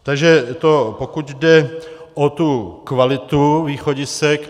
Takže to pokud jde o tu kvalitu východisek.